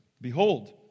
Behold